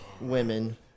women